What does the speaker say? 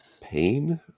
pain